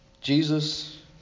Jesus